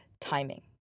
timing